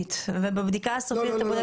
הסופית ובבדיקה הסופית --- לא,